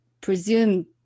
presume